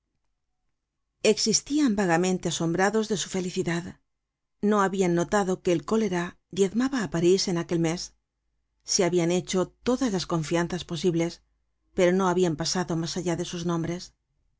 existian vagamente asombrados de su felicidad no habian notado que el cólera diezmaba á parís en aquel mes se habian hecho todas las confianzas posibles pero no habian pasado mas allá de sus nombres